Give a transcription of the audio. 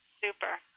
Super